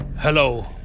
Hello